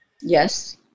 Yes